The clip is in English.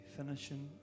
finishing